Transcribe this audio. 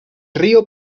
río